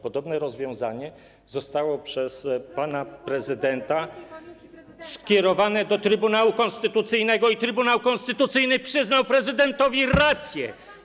Podobne rozwiązanie zostało przez pana prezydenta skierowane do Trybunału Konstytucyjnego i Trybunał Konstytucyjny przyznał prezydentowi rację.